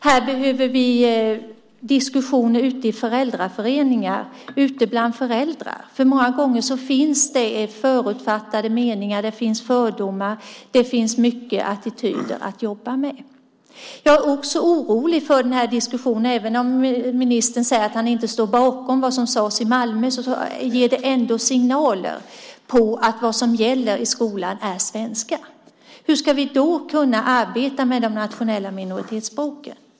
Vi behöver diskussioner i föräldraföreningar och bland föräldrarna. Många gånger finns det förutfattade meningar och fördomar. Det finns mycket attityder att jobba med. Även om ministern säger att han inte står bakom vad som sades i Malmö ger det ändå signaler om att det är svenska som gäller i skolan. Hur ska vi då kunna arbeta med de nationella minoritetsspråken?